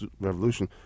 Revolution